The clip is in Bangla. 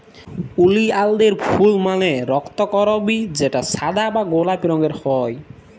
ওলিয়ালদের ফুল মালে রক্তকরবী যেটা সাদা বা গোলাপি রঙের হ্যয়